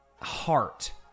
heart